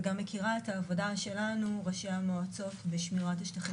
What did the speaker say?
וגם מכירה את העבודה שלנו ראשי המועצות לשמירת השטחים